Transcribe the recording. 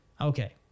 okay